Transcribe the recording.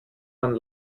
man